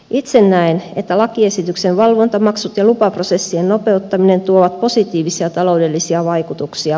itse näen että lakiesityksen valvontamaksut ja lupaprosessien nopeuttaminen tuovat positiivia taloudellisia vaikutuksia